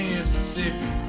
Mississippi